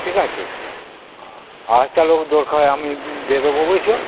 ঠিক আছে আরেকটা লোক দরকার আমি দিয়ে দেবো বুঝেছ